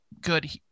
good